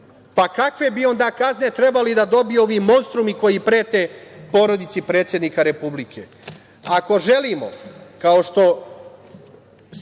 Kakve bi onda kazne trebali da dobiju ovi monstrumi koji prete porodici predsednika Republike.?Ako